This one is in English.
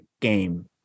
game